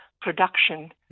production